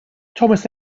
thomas